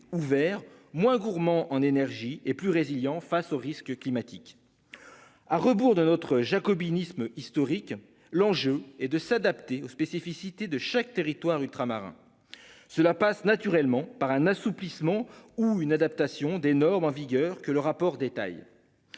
ouvert moins gourmands en énergie et plus résilients face aux risques climatiques. À rebours de notre jacobinisme historique. L'enjeu est de s'adapter aux spécificités de chaque territoire ultramarin. Cela passe naturellement par un assouplissement ou une adaptation des normes en vigueur que le rapport détaille.